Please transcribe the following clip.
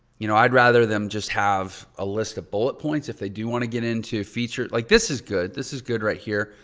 you know, i'd rather them just have a list of bullet points if they do want to get into features. like this is good. this is good right here.